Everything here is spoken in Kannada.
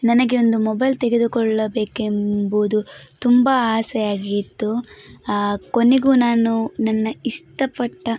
ನನಗೆ ಒಂದು ಮೊಬೈಲ್ ತೆಗೆದುಕೊಳ್ಳಬೇಕೆಂಬುದು ತುಂಬಾ ಆಸೆ ಆಗಿತ್ತು ಕೊನೆಗೂ ನಾನು ನನ್ನ ಇಷ್ಟ ಪಟ್ಟ